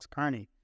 Carney